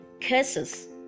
curses